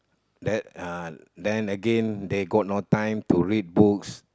that uh then again they got no time to read books